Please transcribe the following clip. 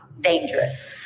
dangerous